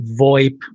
VoIP